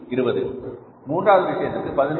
20 மூன்றாவது விஷயத்திற்கு 11